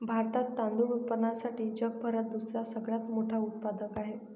भारतात तांदूळ उत्पादनासाठी जगभरात दुसरा सगळ्यात मोठा उत्पादक आहे